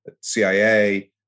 CIA